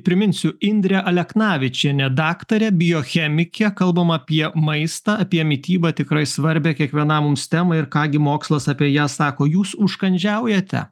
priminsiu indrė aleknavičienė daktarė biochemikė kalbam apie maistą apie mitybą tikrai svarbią kiekvienam mums temą ir ką gi mokslas apie ją sako jūs užkandžiaujate